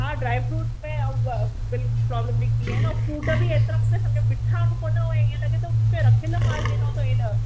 हा dry fruits में उह प्राबलम निकिती आ न अउं फ्रूट बि मुंखे एतिरा मिठा कोन हुया इअं लॻे थो मुंखे रखियल माल ॾिनो तव